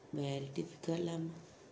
very difficult lah